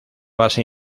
base